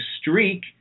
streak